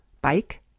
bike